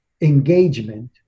engagement